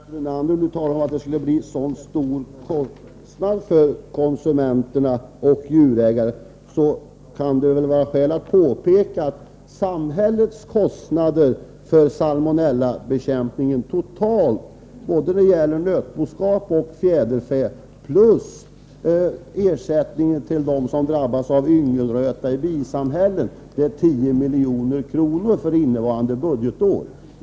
Herr talman! När Lennart Brunander nu talar om att det skulle bli en så stor kostnad för konsumenter och djurägare kan det finnas skäl att påpeka att samhällets kostnader för salmonellabekämpningen totalt, både när det gäller nötboskap och fjäderfä plus ersättningen till dem som drabbas av yngelröta i bisamhällen, är 10 milj.kr. för innevarande budgetår.